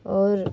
और